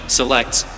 selects